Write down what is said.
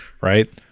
right